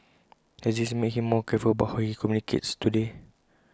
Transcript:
has this made him more careful about how he communicates today